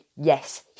yes